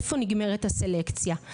איפה נגמרת הסלקציה.